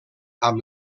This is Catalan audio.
amb